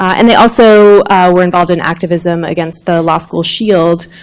and they also were involved in activism against the law school shield,